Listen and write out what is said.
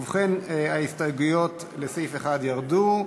ובכן, ההסתייגויות לסעיף 1 ירדו.